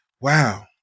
wow